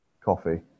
Coffee